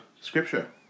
scripture